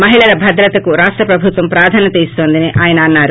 మహిళల భద్రతకు రాష్ట ప్రభుత్వం ప్రాధాన్యత ఇన్తోందని ఆయన అన్నారు